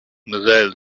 missiles